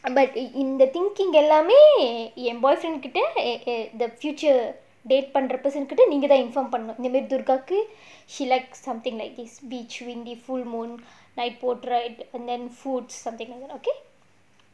but in the thinking எல்லாமே என்:ellaamae en boyfriend கிட்ட நீங்க தான்:kitta neenga thaan the future பண்ணனும்:pannanum she likes something like this beach windy full moon night boat ride and then foods something okay